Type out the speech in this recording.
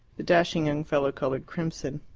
the dashing young fellow coloured crimson.